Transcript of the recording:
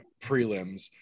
prelims